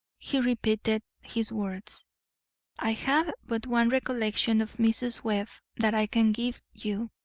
he repeated his words i have but one recollection of mrs. webb that i can give you.